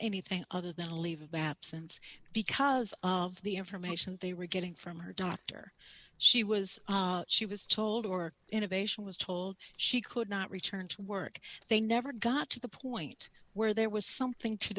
anything other than a leave of absence because of the information they were getting from her doctor she was she was told or innovation was told she could not return to work they never got to the point where there was something to